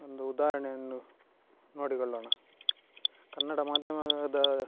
ಒಂದು ಉದಾಹರಣೆಯನ್ನು ನೋಡಿಕೊಳ್ಳೋಣ ಕನ್ನಡ ಮಾಧ್ಯಮದ